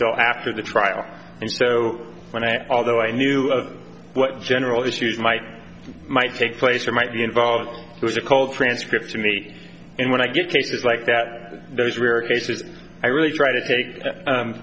so after the trial and so when i although i knew of what general issues might might take place or might be involved it was a call transcript to me and when i get cases like that those rare cases i really try to take